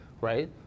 Right